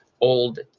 old